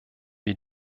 wir